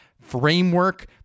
framework